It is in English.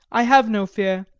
i have no fear.